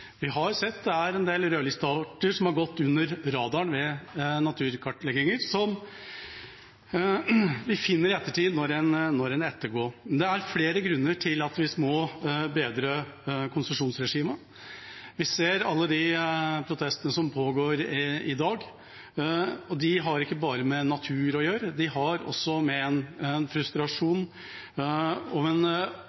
Vi har sett det er en del rødlistearter som har gått under radaren ved naturkartlegginger, som vi finner i ettertid når disse ettergås. Det er flere grunner til at vi må forbedre konsesjonsregimet. Vi ser alle de protestene som pågår i dag. De har ikke bare med natur å gjøre, de har også med en frustrasjon å gjøre, om en